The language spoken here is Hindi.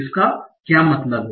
इसका क्या मतलब है